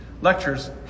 lectures